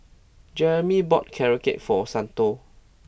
Jereme bought carrot cake for Santo